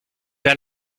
pas